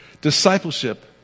Discipleship